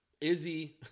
Izzy